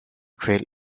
trail